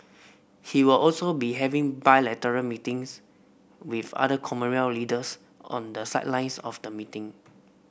he will also be having bilateral meetings with other Commonwealth leaders on the sidelines of the meeting